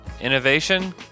innovation